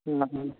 हुँ हुँ